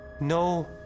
No